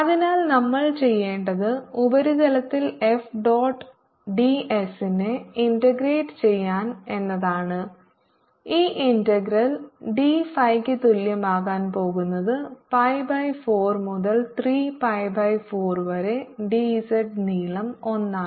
അതിനാൽ നമ്മൾ ചെയ്യേണ്ടത് ഉപരിതലത്തിൽ എഫ് ഡോട്ട് ഡിഎസിനെ ഇന്റഗ്രേറ്റ് ചെയ്യാൻ എന്നതാണ് ഇത് ഇന്റഗ്രൽ ഡി ഫൈയ്ക്ക് തുല്യമാകാൻ പോകുന്നത് pi ബൈ 4 മുതൽ 3 pi ബൈ 4 വരെ dz നീളം ഒന്നാണ്